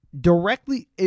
Directly